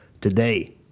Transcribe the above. today